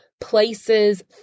places